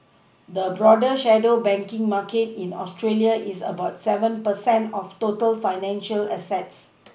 the broader shadow banking market in Australia is about seven per cent of total financial assets